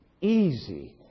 easy